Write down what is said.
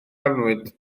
annwyd